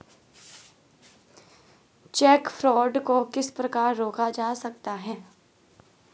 Check fraud को किस प्रकार रोका जा सकता है?